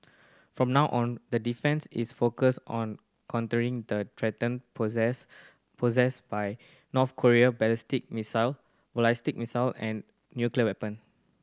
for now on that defence is focused on countering the threat posed posed by North Korean ballistic missile missile and nuclear weapon